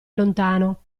lontano